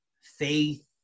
faith